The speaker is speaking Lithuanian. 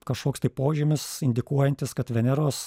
kažkoks tai požymis indikuojantis kad veneros